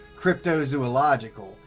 cryptozoological